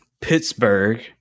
Pittsburgh